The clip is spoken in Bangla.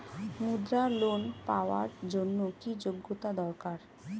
মুদ্রা লোন পাওয়ার জন্য কি যোগ্যতা দরকার?